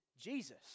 Jesus